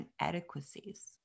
inadequacies